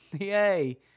yay